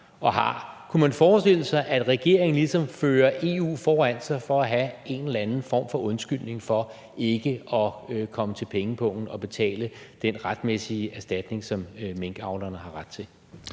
jeg har haft og har – at regeringen ligesom fører EU foran sig for at have en eller anden form for undskyldning for ikke at komme til pengepungen og betale den retmæssige erstatning, som minkavlerne har ret til?